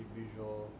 visual